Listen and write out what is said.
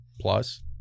plus